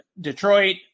Detroit